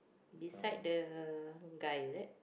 beside the guy is it